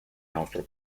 nostro